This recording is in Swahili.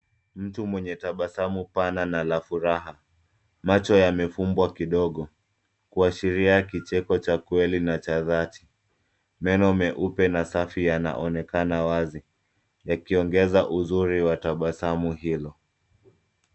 Mtu mwenye tabasamu pana na la furaha, macho yamefumbwa kidogo kuashiria kicheko cha kweli na cha dhati. Meno meupe na safi yanaonekana wazi yakiongeza uzuri wa tabasamu hilo.